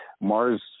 Mars